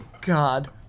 God